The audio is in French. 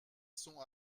sont